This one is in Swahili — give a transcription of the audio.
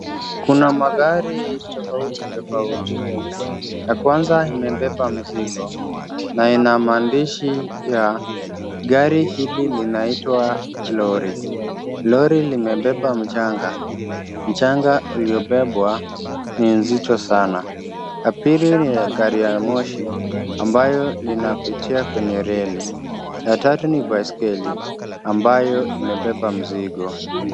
Kuna magari tofauti tofauti, ya kwanza imebeba mzigo, na ina maandishi ya, gari hili linaitwa lori. Lori limebeba mchanga. Mchanga uliobebwa ni nzito sana. Ya pili ni gari ya moshi ambayo linapitia kwenye reli. Ya tatu ni baiskeli ambayo imebeba mzigo.